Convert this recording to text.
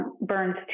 Burns